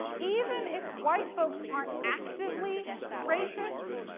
even if white folks aren't actively racist,